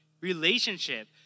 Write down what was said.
relationship